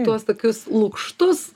tuos tokius lukštus